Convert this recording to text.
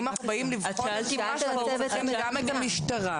שאלת על הפורום המצומצם.